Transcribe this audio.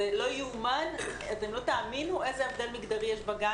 אתם לא תאמינו איזה הבדל מגדרי יש בגן